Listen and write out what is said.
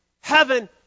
heaven